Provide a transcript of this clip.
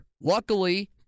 Luckily